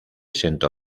sentó